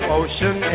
ocean